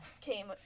came